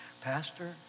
Pastor